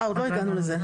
עוד לא הגענו לזה,